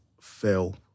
fail